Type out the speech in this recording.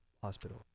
hospital